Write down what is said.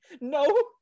no